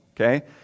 okay